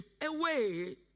away